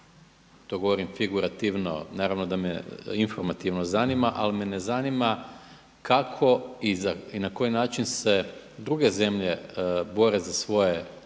to govorim figurativno, naravno da me informativno zanima, ali me ne zanima kako i na koji način se druge zemlje bore za svoje